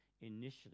initially